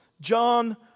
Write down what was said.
John